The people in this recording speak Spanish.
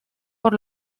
por